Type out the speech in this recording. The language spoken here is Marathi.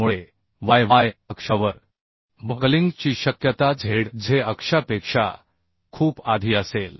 त्यामुळे yy अक्षावर बकलिंग ची शक्यता zz अक्षापेक्षा खूप आधी असेल